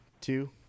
two